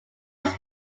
its